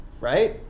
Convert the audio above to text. right